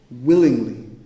willingly